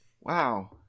Wow